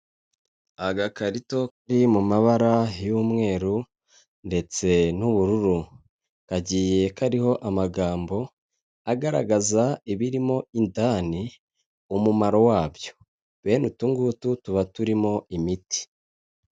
Agakarito kari mu mabara y'umweru ndetse n'ubururu, kagiye kariho amagambo agaragaza ibirimo indani umumaro wabyo, bene utu ngutu tuba turimo imiti.